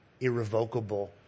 irrevocable